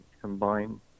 combine